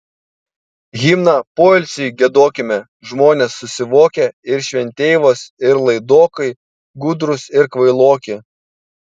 himną poilsiui giedokime žmonės susivokę ir šventeivos ir laidokai gudrūs ir kvailoki